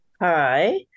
Hi